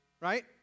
right